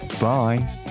Bye